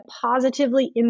positively